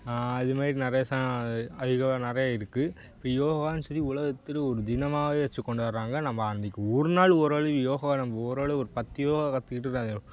அது மாதிரி நிறைய சா நிறைய இருக்குது இப்போ யோகான்னு சொல்லி உலகத்தில் ஒரு தினமாகவே வச்சு கொண்டாடுறாங்க நம்ம அன்றைக்கி ஒரு நாள் ஓரளவு யோகாவை நம்ம ஓரளவு ஒரு பத்து யோகா கற்றுக்கிட்டு